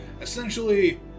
Essentially